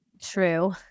true